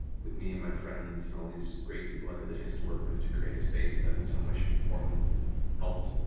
with me and my friends and all these great people i've had the chance to work with, to create a space that in some way, shape, or form helped